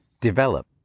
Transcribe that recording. develop